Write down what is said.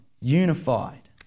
unified